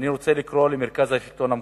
רוצה לקרוא למרכז השלטון המקומי,